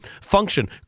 Function